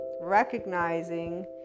recognizing